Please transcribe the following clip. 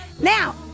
Now